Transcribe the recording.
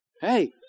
Hey